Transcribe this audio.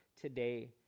today